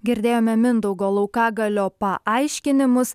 girdėjome mindaugo laukagalio paaiškinimus